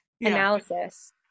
analysis